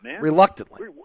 Reluctantly